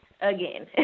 again